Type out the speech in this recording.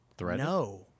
no